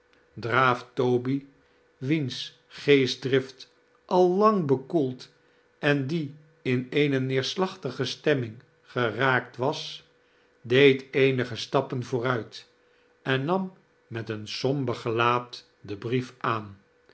draaf-toby wiens geestdrift al lang bekoeld en die in eene neerslachtige stemming geraakt was deed eenige stappen voornit en nam met een somber gelaat den brief aan